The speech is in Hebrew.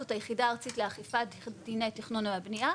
זאת היחידה הארצית לאכיפת דיני תכנון הבנייה.